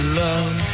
love